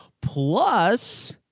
plus